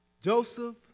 Joseph